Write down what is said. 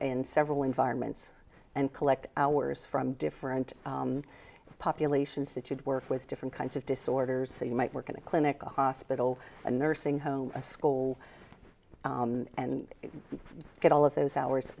in several environments and collect ours from different populations that you'd work with different kinds of disorders so you might work in a clinic a hospital a nursing home a school and get all of those hours